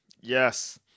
Yes